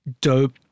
dope